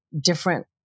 different